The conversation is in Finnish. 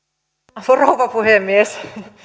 puhemies rouva puhemies